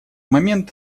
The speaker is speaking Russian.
момент